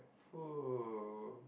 oh